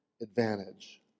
advantage